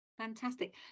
Fantastic